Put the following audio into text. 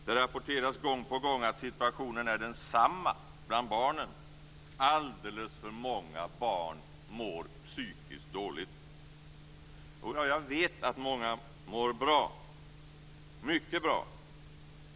Det rapporteras gång på gång att situationen är densamma bland barnen. Alldeles för många barn mår psykiskt dåligt. Jodå, jag vet att många mår bra, mycket bra.